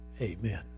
Amen